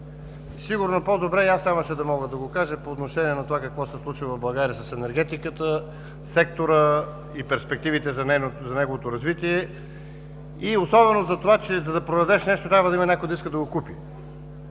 Сигурно по-добре и аз нямаше да мога да го кажа по отношение на това какво се случва в България с енергетиката – секторът и перспективите за неговото развитие. Особено за това, че за да продадеш нещо, трябва да има някой, който да иска да го купи